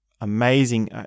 amazing